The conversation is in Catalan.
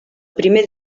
primer